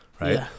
right